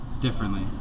differently